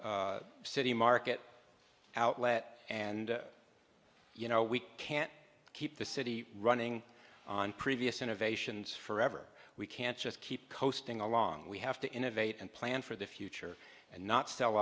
city market outlet and you know we can't keep the city running on previous innovations forever we can't just keep coasting along we have to innovate and plan for the future and not sell